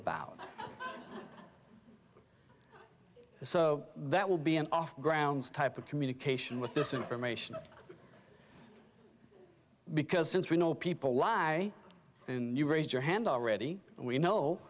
about so that will be an off the ground type of communication with this information because since we know people lie and you raise your hand already we know